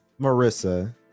marissa